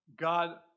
God